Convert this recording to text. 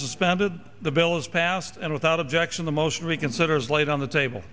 suspended the bill is passed and without objection the motion reconsider is laid on the table